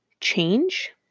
change